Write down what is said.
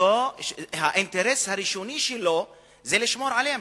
האינטרס הראשוני שלו זה לשמור עליה,